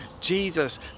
Jesus